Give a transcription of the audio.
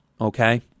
Okay